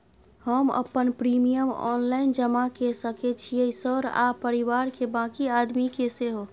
हम अपन premium online जमा के सके छियै सर आ परिवार के बाँकी आदमी के सेहो?